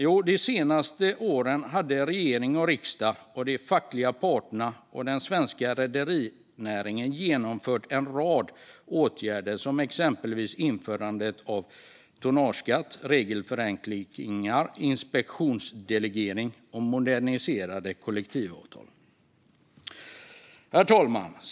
Jo, de senaste åren hade regering och riksdag, de fackliga parterna och den svenska rederinäringen genomfört en rad åtgärder, exempelvis införandet av tonnageskatt, regelförenklingar, inspektionsdelegering och moderniserade kollektivavtal. Herr talman!